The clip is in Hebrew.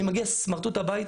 אני מגיע סמרטוט הביתה,